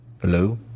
Hello